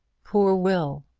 poor will!